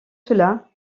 cela